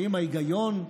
האם ההיגיון,